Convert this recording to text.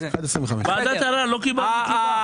ועדת הערר, לא קיבלנו תשובה.